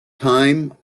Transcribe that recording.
time